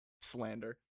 slander